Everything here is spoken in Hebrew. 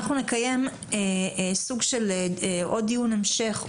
אנחנו נקיים סוג של עוד דיון המשך,